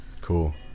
Cool